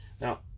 Now